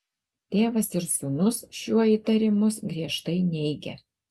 tėvas ir sūnus šiuo įtarimus griežtai neigia